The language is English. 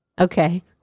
Okay